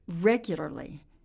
regularly